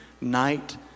night